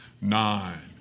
Nine